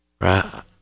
right